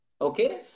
Okay